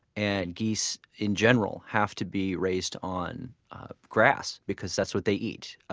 and geese, in general, have to be raised on grass because that's what they eat.